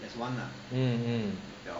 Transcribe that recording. mm mm